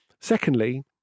Secondly